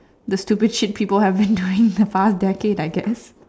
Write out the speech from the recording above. the stupid shit people have been doing the past decade I guess